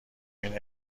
این